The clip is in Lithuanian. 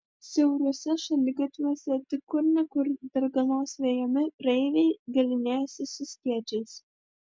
siauruose šaligatviuose tik kur ne kur darganos vejami praeiviai galynėjosi su skėčiais